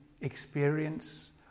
experience